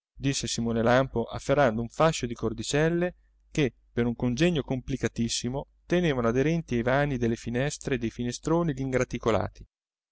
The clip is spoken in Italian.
disse simone lampo afferrando un fascio di cordicelle che per un congegno complicatissimo tenevano aderenti ai vani delle finestre e dei finestroni